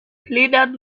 pleaded